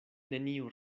neniu